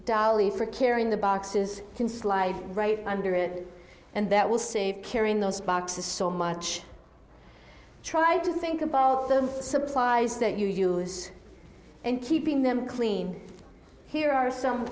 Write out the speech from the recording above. dolly for care in the boxes can slide right under it and that will save carrying those boxes so much try to think about the supplies that you do is and keeping them clean here are some